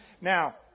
Now